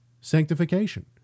sanctification